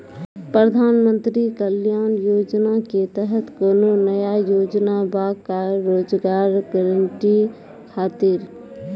प्रधानमंत्री कल्याण योजना के तहत कोनो नया योजना बा का रोजगार गारंटी खातिर?